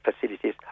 facilities